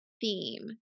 theme